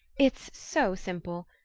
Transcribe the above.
it's so simple.